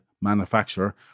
manufacturer